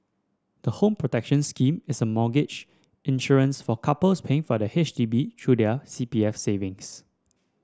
the Home Protection Scheme is a mortgage insurance for couples paying for the H D B through their C P F savings